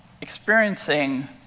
experiencing